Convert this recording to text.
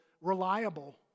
reliable